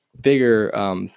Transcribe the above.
bigger –